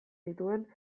dituen